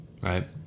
right